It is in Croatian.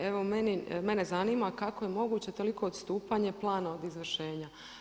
Evo mene zanima kako je moguće toliko odstupanje plana od izvršenja.